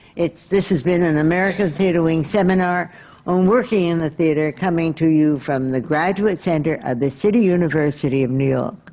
this has been an american theatre wing seminar on working in the theatre, coming to you from the graduate center of the city university of new